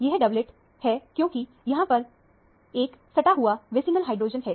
यह डबलेट है क्योंकि यहां पर एक सटा हुआ विसिनल हाइड्रोजन है